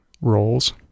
roles